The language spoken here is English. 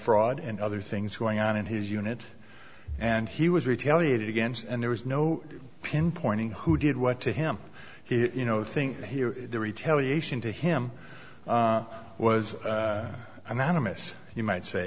fraud and other things going on in his unit and he was retaliated against and there was no pinpointing who did what to him he you know think the retaliation to him was a man amiss you might say